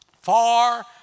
Far